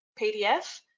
PDF